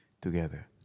together